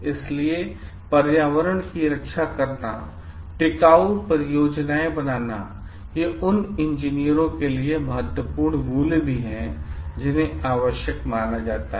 इसलिए पर्यावरण की रक्षा करना टिकाऊ परियोजनाएं बनाना ये उन इंजीनियरों के लिए महत्वपूर्ण मूल्य भी हैं जिन्हे आवश्यक माना जाता है